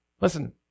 Listen